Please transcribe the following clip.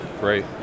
great